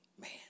Man